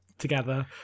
together